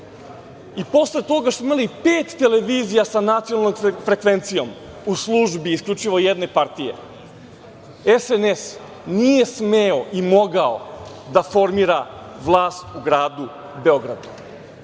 i posle toga što smo imali pet televizija sa nacionalnom frekvencijom u službi isključivo jedne partije, SNS nije smeo i mogao da formira vlast u gradu Beogradu.